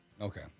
Okay